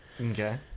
Okay